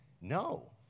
No